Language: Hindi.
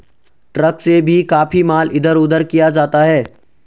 ट्रक से भी काफी माल इधर उधर किया जाता है